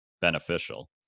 beneficial